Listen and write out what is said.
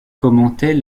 commentaient